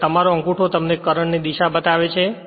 અને તમારો અંગૂઠો તમને કરંટ ની દિશા બતાવે છે